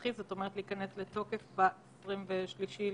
עיתונאים והם נכנסו למחשב יחד עם רשימת